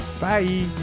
Bye